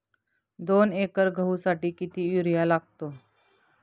दोन एकर गहूसाठी किती युरिया लागतो?